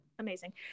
Amazing